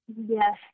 Yes